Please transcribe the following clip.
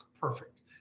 perfect